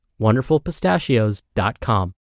wonderfulpistachios.com